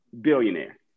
billionaire